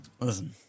Listen